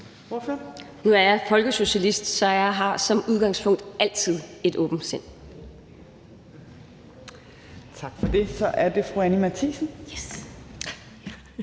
Nu er jeg folkesocialist, så jeg har som udgangspunkt altid et åbent sind. Kl. 13:29 Tredje næstformand (Trine